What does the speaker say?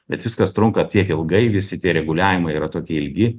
bet viskas trunka tiek ilgai visi tie reguliavimai yra tokie ilgi